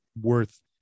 worth